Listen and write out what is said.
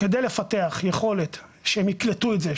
כדי לפתח יכולת שהם יקלטו את זה,